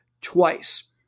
twice